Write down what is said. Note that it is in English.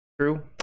true